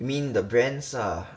you mean the brands ah